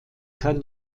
kann